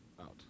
out